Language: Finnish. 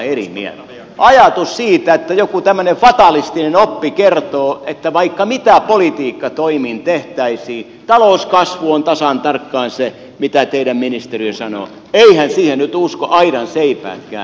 eiväthän ajatukseen siitä että joku tämmöinen fatalistinen oppi kertoo että vaikka mitä politiikkatoimin tehtäisiin talouskasvu on tasan tarkkaan se mitä teidän ministeriönne sanoo nyt usko aidanseipäätkään